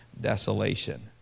desolation